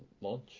launch